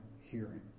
hearing